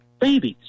babies